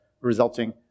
resulting